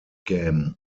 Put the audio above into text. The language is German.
game